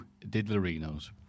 Didlerinos